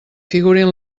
figurin